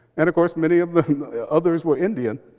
and, of course, many of the others were indian.